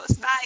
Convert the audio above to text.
Bye